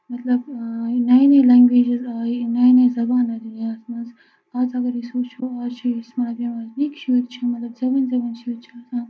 مطلب نَیہِ نَیہِ لنٛگویجٕز آیہِ نَیہِ نَیہِ زَبان آیہِ دُنیاہَس منٛز آز اَگر أسۍ وٕچھو آز چھِ چھِ مطلب زَبٲنۍ زَبٲنۍ شُرۍ چھِ آسان